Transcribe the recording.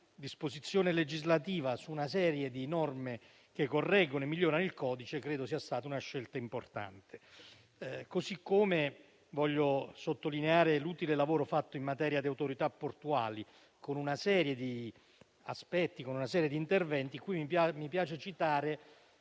disposizione legislativa su una serie di norme, che correggono e migliorano il codice, sia stata una scelta importante. Allo stesso modo voglio sottolineare l'utile lavoro fatto in materia di autorità portuali, con una serie di interventi, tra cui mi piace citare